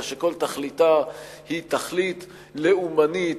אלא שכל תכליתה היא תכלית לאומנית,